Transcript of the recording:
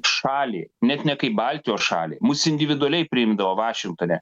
šalį net ne kaip baltijos šalį mus individualiai priimdavo vašingtone